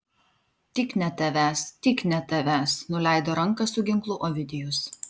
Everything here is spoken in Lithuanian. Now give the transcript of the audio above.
tik ne tavęs tik ne tavęs nuleido ranką su ginklu ovidijus